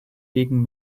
liegen